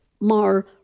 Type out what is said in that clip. mar